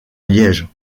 liège